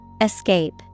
Escape